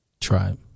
tribe